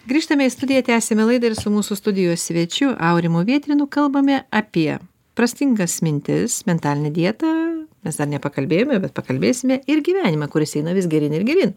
grįžtame į studiją tęsiame laidą ir su mūsų studijos svečiu aurimu vietrinu kalbame apie prastingas mintis mentalinę dietą mes dar nepakalbėjome bet pakalbėsime ir gyvenimą kuris eina vis geryn ir geryn